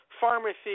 pharmacy